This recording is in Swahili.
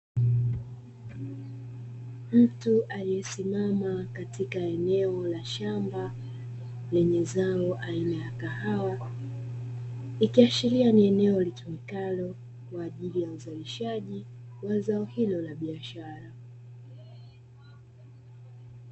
Mtu aliyesimama katika ya eneo la shamba lenye zao aina ya kahawa, ikiashiria ni eneo litumikalo kwa ajili ya uzalishaji wa zao hilo la biashara.